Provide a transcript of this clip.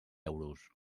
euros